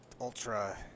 ultra